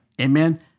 Amen